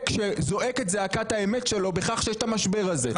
שזועק את זעקת האמת שלו בכך שיש את המשבר הזה.